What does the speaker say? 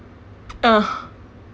uh